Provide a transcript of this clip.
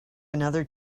another